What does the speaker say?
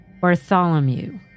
Bartholomew